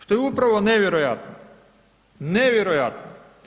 Što je upravo nevjerojatno, nevjerojatno.